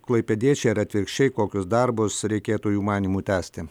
klaipėdiečiai ar atvirkščiai kokius darbus reikėtų jų manymu tęsti